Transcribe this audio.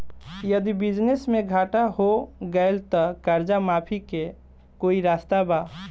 यदि बिजनेस मे घाटा हो गएल त कर्जा माफी के कोई रास्ता बा?